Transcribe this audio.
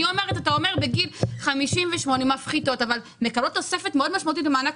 אתה אומר בגיל 58 מפחיתות אבל מקבלות תוספת מאוד משמעותית במענק